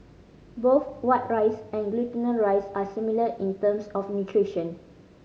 both white rice and glutinous rice are similar in terms of nutrition